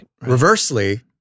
reversely